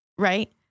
Right